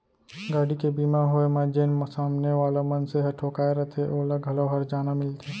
गाड़ी के बीमा होय म जेन सामने वाला मनसे ह ठोंकाय रथे ओला घलौ हरजाना मिलथे